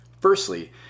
Firstly